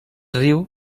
riu